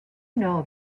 know